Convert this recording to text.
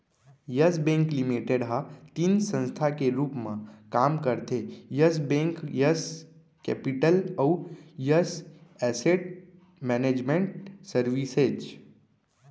yes Bank Limited ह तीन संस्था के रूप म काम करथे यस बेंक, यस केपिटल अउ यस एसेट मैनेजमेंट सरविसेज